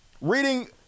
Reading